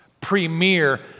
premier